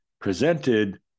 presented